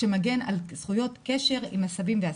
שמגן על זכויות קשר עם הסבים והסבתות.